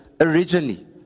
originally